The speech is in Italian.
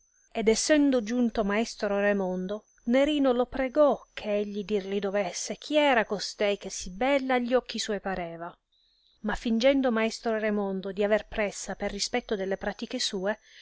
ed essendo giunto maestro raimondo nerino lo pregò che egli dir li dovesse chi era costei che sì bella a gli occhi suoi pareva ma fìngendo maestro raimondo di aver pressa per rispetto delle pratiche sue